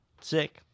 sick